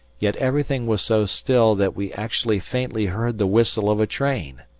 yet everything was so still that we actually faintly heard the whistle of a train.